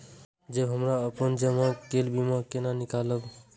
जब हमरा अपन जमा केल बीमा के केना निकालब?